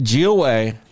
GOA